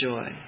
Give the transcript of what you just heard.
Joy